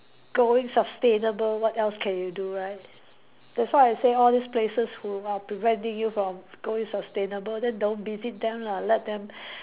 going sustainable what else can you do right that's why I say all these place who are preventing you from going sustainable then don't visit them lah let them